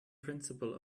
principle